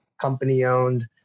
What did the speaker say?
company-owned